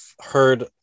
Heard